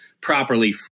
properly